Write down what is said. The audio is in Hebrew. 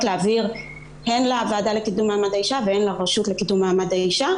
להעביר הן לוועדה לקידום מעמד האישה והן לרשות לקידום מעמד האישה.